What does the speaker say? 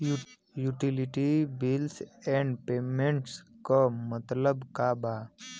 Utility bills and payments क मतलब का बा?